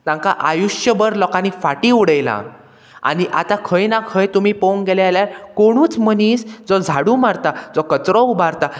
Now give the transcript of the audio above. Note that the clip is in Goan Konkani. तांकां आयुश्यभर लोकांनी फाटीं उडयलां आनी आतां खंय ना खंय तुमी पळोवंक गेले जाल्यार कोणूच मनीस जो झाडू मारता जो कचरो उबारता